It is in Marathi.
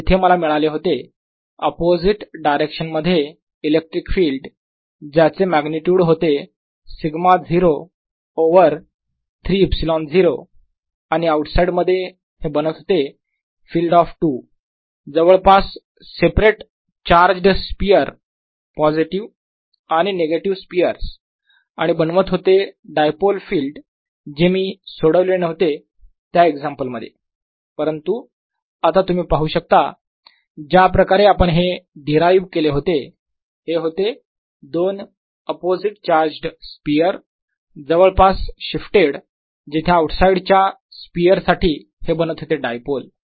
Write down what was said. तर तिथे मला मिळाले होते अपोझिट डायरेक्शन मध्ये इलेक्ट्रिक फील्ड ज्याचे मॅग्निट्युड होते σ0 ओवर 3 ε0 आणि आऊटसाईड मध्ये हे बनत होते फील्ड ऑफ टू जवळपास सेपरेट चार्ज्ड स्पियर पॉसिटीव्ह आणि निगेटिव्ह स्पीयर्स आणि बनवत होते डायपोल फिल्ड जे मी सोडवले नव्हते त्या एक्झाम्पल मध्ये परंतु आता तुम्ही पाहू शकता ज्या प्रकारे आपण हे डीरायव केले होते हे होते दोन अपोझिट चार्ज स्पियर जवळपास शिफ्टेड जिथे आऊटसाईड च्या स्पियर साठी हे बनत होते डायपोल